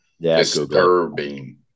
Disturbing